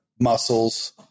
muscles